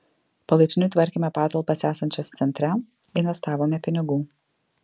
palaipsniui tvarkėme patalpas esančias centre investavome pinigų